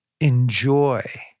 enjoy